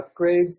upgrades